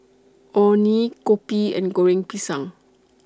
Orh Nee Kopi and Goreng Pisang